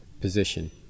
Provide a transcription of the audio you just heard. position